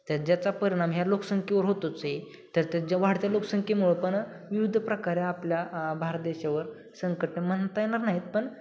त्या ज्याचा परिणाम ह्या लोकसंख्येवर होतोच आहे तर त्याच्या वाढत्या लोकसंख्येमुळं पण विविध प्रकारे आपल्या भारत देशावर संकट म्हणता येणार नाहीत पण